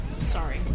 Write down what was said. Sorry